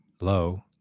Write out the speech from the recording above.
low